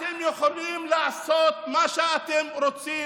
אתם יכולים לעשות מה שאתם רוצים,